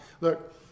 Look